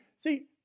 See